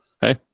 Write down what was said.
Hey